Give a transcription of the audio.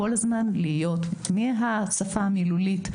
כל הזמן להיות מהשפה המילולית,